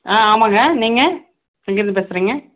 ஆ ஆமாங்க நீங்கள் எங்கேயிருந்து பேசுகிறீங்க